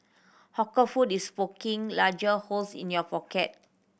hawker food is poking larger holes in your pocket